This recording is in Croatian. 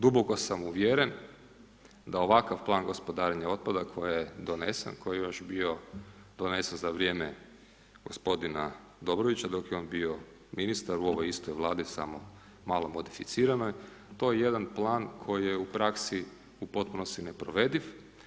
Duboko sam uvjeren da ovakav plan gospodarenja otpadom koji je donesen, koji je još bio donesen za vrijeme gospodina Dobrovića dok je on bio ministar u ovoj istoj Vladi samo malo modificiranoj, to je jedan plan koji je u praksi u potpunosti neprovediv.